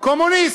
קומוניסט.